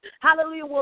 hallelujah